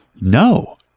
no